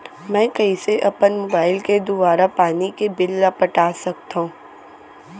मैं कइसे अपन मोबाइल के दुवारा पानी के बिल ल पटा सकथव?